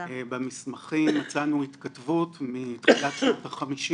במסמכים מצאנו התכתבות מתחילת שנות ה-50